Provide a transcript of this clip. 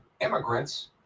immigrants